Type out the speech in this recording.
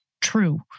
true